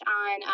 on